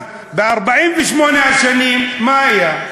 אז, ב-48 השנים, מה היה?